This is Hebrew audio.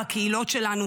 בקהילות שלנו.